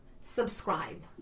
subscribe